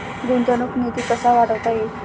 गुंतवणूक निधी कसा वाढवता येईल?